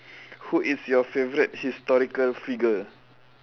who is your favourite historical figure